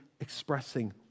expressing